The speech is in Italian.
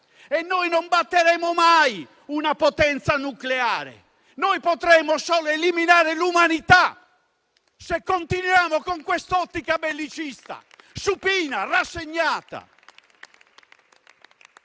Noi non batteremo mai una potenza nucleare; potremmo solo eliminare l'umanità, se continuiamo con questa ottica bellicista supina, rassegnata.